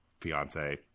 fiance